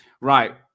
right